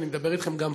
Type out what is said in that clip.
אני מדבר אתכם גם פה.